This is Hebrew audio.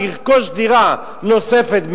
לרכוש דירה נוספת,